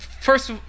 First